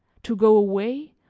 to go away,